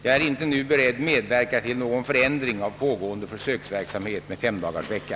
Jag är inte nu beredd medverka till någon förändring av pågående försöksverksamhet med femdagarsvecka.